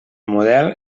model